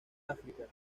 áfrica